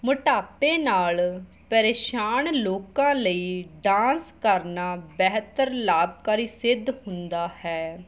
ਮੋਟਾਪੇ ਨਾਲ ਪਰੇਸ਼ਾਨ ਲੋਕਾਂ ਲਈ ਡਾਂਸ ਕਰਨਾ ਬਿਹਤਰ ਲਾਭਕਾਰੀ ਸਿੱਧ ਹੁੰਦਾ ਹੈ